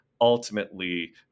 ultimately